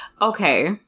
Okay